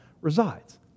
resides